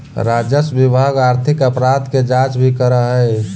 राजस्व विभाग आर्थिक अपराध के जांच भी करऽ हई